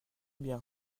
bien